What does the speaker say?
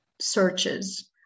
searches